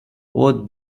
what